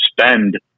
spend